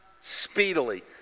speedily